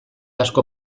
asko